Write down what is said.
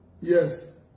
Yes